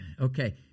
Okay